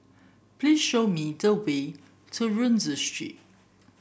please show me the way to Rienzi Street